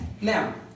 Now